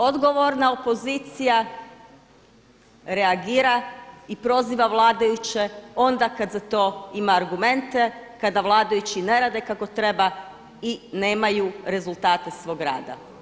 Odgovorna opozicija reagira i proziva vladajuće onda kada za to ima argumente, kada vladajući ne rade kako treba i nemaju rezultate svoga rada.